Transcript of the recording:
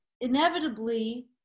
Inevitably